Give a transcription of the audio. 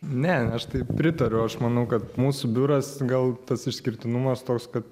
ne aš tai pritariau aš manau kad mūsų biuras gal tas išskirtinumas toks kad